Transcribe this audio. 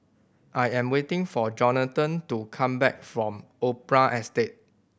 I am waiting for Johnathan to come back from Opera Estate